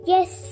Yes